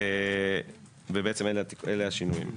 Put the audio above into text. ובעצם אלה השינויים.